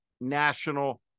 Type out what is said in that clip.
national